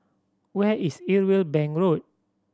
where is Irwell Bank Road